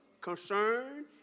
concern